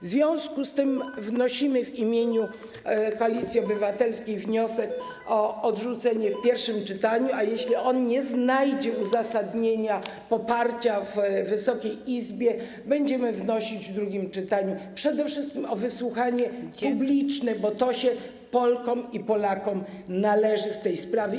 W związku z tym wnosimy w imieniu Koalicji Obywatelskiej wniosek o odrzucenie projektu w pierwszym czytaniu, a jeśli on nie znajdzie uzasadnienia, poparcia w Wysokiej Izbie, będziemy wnosić w drugim czytaniu przede wszystkim o wysłuchanie publiczne, bo to się Polkom i Polakom należy w tej sprawie.